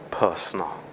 personal